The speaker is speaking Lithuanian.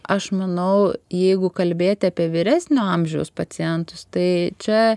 aš manau jeigu kalbėti apie vyresnio amžiaus pacientus tai čia